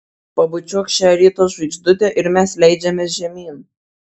pabučiuok šią ryto žvaigždutę ir mes leidžiamės žemyn